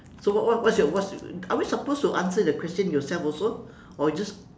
so what what what's your what's are we suppose to answer the question yourself also or we just